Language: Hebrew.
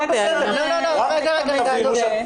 הכול בסדר אבל תבינו מה